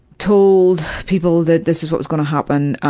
told people that this is what was going to happen,